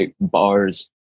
bars